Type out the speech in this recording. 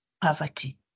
poverty